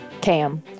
Cam